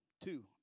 Two